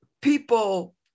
people